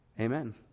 Amen